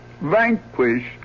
vanquished